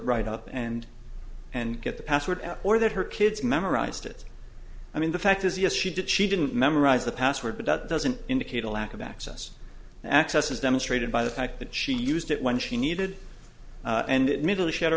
right up and and get the password or that her kids memorized it i mean the fact is yes she did she didn't memorize the password but that doesn't indicate a lack of access and access as demonstrated by the fact that she used it when she needed and middle she had her